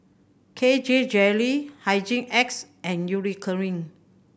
K J Jelly Hygin X and Eucerin